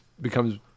becomes